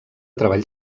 treball